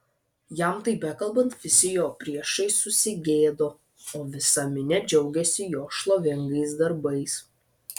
jam tai bekalbant visi jo priešai susigėdo o visa minia džiaugėsi jo šlovingais darbais